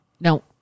No